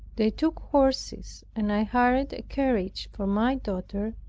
they took horses, and i hired a carriage for my daughter,